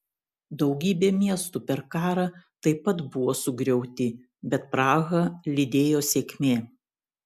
daugybė miestų per karą taip pat buvo sugriauti bet prahą lydėjo sėkmė